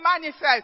manifest